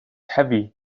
heavy